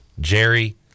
Jerry